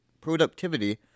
productivity